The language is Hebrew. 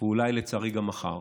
ואולי לצערי גם מחר,